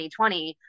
2020